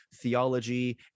theology